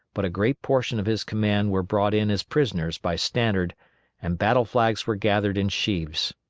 but a great portion of his command were brought in as prisoners by stannard and battle-flags were gathered in sheaves.